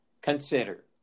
Consider